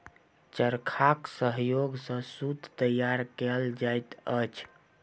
चरखाक सहयोग सॅ सूत तैयार कयल जाइत अछि